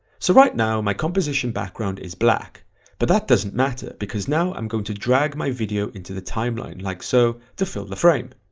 so right now my composition background is black but that doesn't matter because now i'm going to drag my video into the timeline like so to fill the frame,